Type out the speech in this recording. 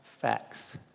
facts